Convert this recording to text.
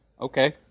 Okay